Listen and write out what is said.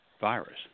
virus